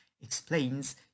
explains